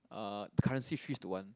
uh the currency is three is to one